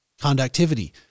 conductivity